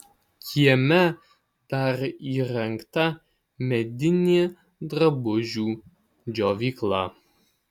kieme dar įrengta medinė drabužių džiovykla